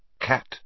Cat